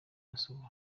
basohora